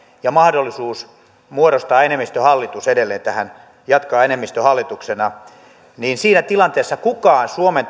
ja mahdollisuus muodostaa enemmistöhallitus edelleen jatkaa enemmistöhallituksena siinä tilanteessa kukaan suomen